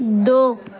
دو